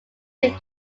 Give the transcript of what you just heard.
new